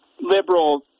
liberal